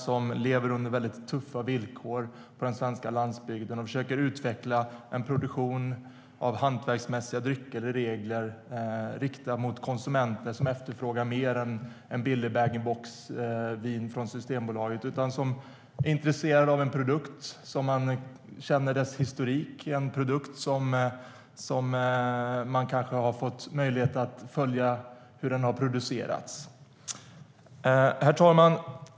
De lever under tuffa villkor på den svenska landsbygden och försöker utveckla en produktion av hantverksmässiga drycker, i regel, riktad till konsumenter som efterfrågar mer än billigt bag-in-box-vin från Systembolaget. De är i stället intresserade av en produkt vars historik man känner och en produkt som man kanske har fått möjlighet att följa produktionen av. Herr talman!